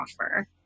offer